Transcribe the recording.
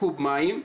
לקוב מים,